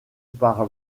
par